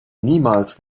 niemals